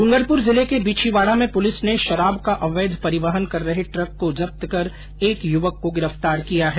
डूंगरपुर जिले के बिछीवाड़ा में पुलिस ने शराब का अवैध परिवहन कर रहे ट्रक को जब्त कर एक युवक को गिरफ्तार किया है